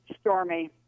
Stormy